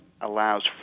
allows